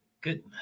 Good